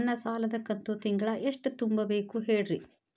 ನನ್ನ ಸಾಲದ ಕಂತು ತಿಂಗಳ ಎಷ್ಟ ತುಂಬಬೇಕು ಹೇಳ್ರಿ?